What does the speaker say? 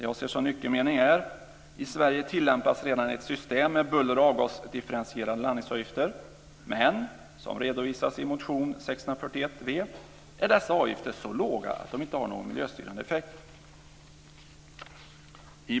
Jag ser som en nyckelmening: "I Sverige tillämpas redan ett system med buller och avgasdifferentierade landningsavgifter. Men, som redovisas i motion T641 är dessa avgifter så låga att de inte har någon miljöstyrande effekt."